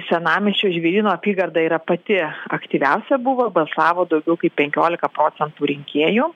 senamiesčio žvėryno apygarda yra pati aktyviausia buvo balsavo daugiau kaip penkiolika procentų rinkėjų